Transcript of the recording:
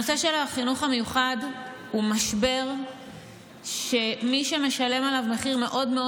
הנושא של החינוך המיוחד הוא משבר שמי שמשלם עליו מחיר מאוד מאוד